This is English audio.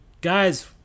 guys